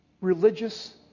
Religious